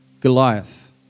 Goliath